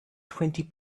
twenty